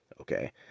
okay